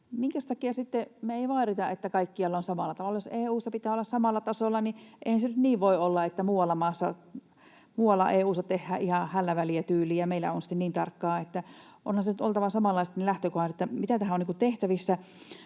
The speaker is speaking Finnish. minkäs takia sitten me ei vaadita, että kaikkialla on samalla tavalla? Jos EU:ssa pitää olla samalla tasolla, niin eihän se nyt niin voi olla, että muualla EU:ssa tehdään ihan hällä väliä ‑tyyliin ja meillä on sitten niin tarkkaa. Onhan niiden lähtökohtien nyt oltava samanlaiset. Eli mitä tähän on tehtävissä?